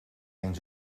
eens